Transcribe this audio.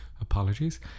Apologies